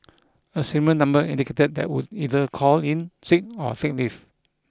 a similar number indicated that would either call in sick or take leave